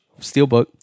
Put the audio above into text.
Steelbook